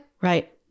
right